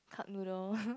cup noodle